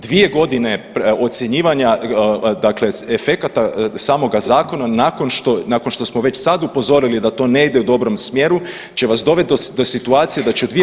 Dvije godine ocjenjivanja dakle efekata samoga zakona nakon što smo već sad upozorili da to ne ide u dobrom smjeru će vas dovesti do situacije da će 2